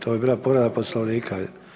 To je bila povreda Poslovnika.